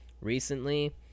recently